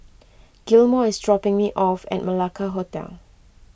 Gilmore is dropping me off at Malacca Hotel